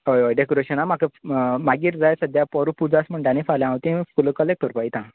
हय हय डेकोरेशनाक म्हाका मागीर जाय सद्या परवां पुजा आसा म्हणटा न्ही फाल्यां हांव ती फुलां कलेक्ट करपाक वयतां